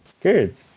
Good